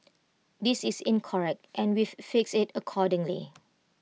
this is incorrect and we've fixed IT accordingly